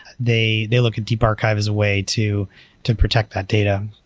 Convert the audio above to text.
they they look at deep archive as a way to to protect that data,